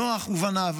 נח ובניו,